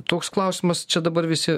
toks klausimas čia dabar visi